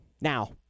now